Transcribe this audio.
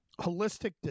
holistic